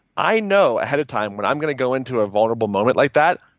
i know ahead of time when i'm going to go into a vulnerable moment like that.